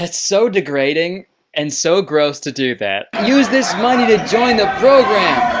and so degrading and so gross to do that. use this money to join the program.